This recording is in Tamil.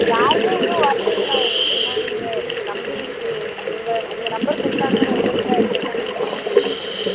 யாரும் இன்னும் வரலீங்கண்ணா என்னண்ணா நீங்கள் நம்பி உங்கள் உங்கள் நம்பர் கொடுத்தாங்கன்னு உங்கள்ட்ட கேட்டால் நீங்கள் என்னண்ணா இப்படி பண்ணிட்டிங்க